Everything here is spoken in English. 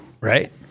Right